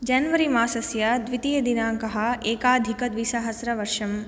January मासस्य द्वितीयदिनाङ्कः एकाधिकद्विसहस्रवर्षं